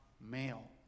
male